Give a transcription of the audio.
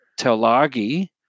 Telagi